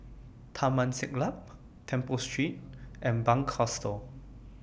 Taman Siglap Temple Street and Bunc Hostel